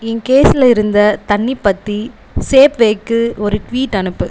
என் கேஸில் இருந்த தண்ணி பற்றி சேப்வேக்கு ஒரு ட்வீட் அனுப்பு